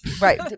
right